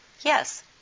Yes